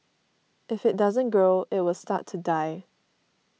if it doesn't grow it will start to die